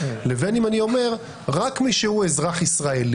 לבין אם אני אומר: רק מי שהוא אזרח ישראלי,